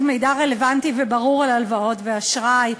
מידע רלוונטי וברור על הלוואות ואשראי.